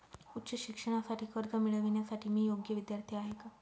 उच्च शिक्षणासाठी कर्ज मिळविण्यासाठी मी योग्य विद्यार्थी आहे का?